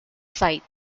site